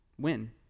win